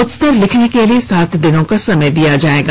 उत्तर लिखने के लिए सात दिनों का समय दिया जाएगा